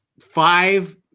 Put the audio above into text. five